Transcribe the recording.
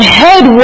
head